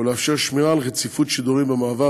ולאפשר שמירה על רציפות שידורים במעבר